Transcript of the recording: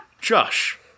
Josh